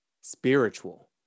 spiritual